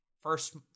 first